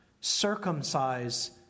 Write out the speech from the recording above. Circumcise